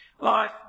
Life